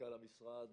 מנכ"ל המשרד,